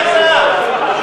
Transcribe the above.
לדחות את ההצבעה למועד אחר.